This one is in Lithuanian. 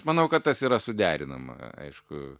manau kad tas yra suderinama aišku